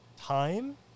time